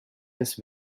this